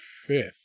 fifth